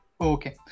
Okay